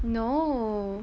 no